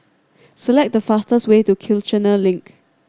select the fastest way to Kiichener Link